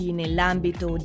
nell'ambito